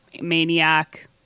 Maniac